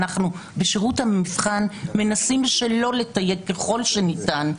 ואנחנו בשירות המבחן מנסים שלא לתייג ככל שניתן,